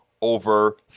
over